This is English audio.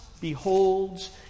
beholds